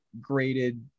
graded